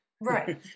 right